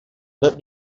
let